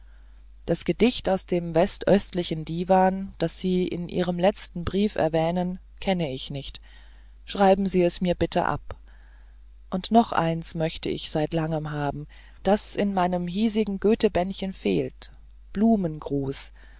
das gedicht aus dem westöstlichen divan das sie in ihrem letzten brief erwähnen kenne ich nicht schreiben sie es mir bitte ab und noch eins möchte ich seit langem haben das in meinem hiesigen goethebändchen fehlt blumengruß